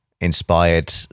inspired